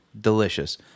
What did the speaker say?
delicious